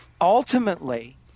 Ultimately